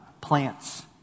plants